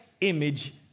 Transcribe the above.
image